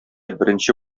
беренче